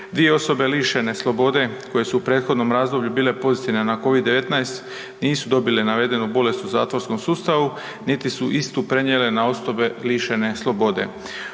Dvije osobe lišene slobode koje su u prethodnom razdoblju bile pozitivne na Covid-19 nisu dobile navedenu bolest u zatvorskom sustavu niti su istu prenijele na osobe lišene slobode.